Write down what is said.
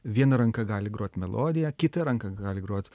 viena ranka gali grot melodiją kita ranka gali grot